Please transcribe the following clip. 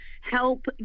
help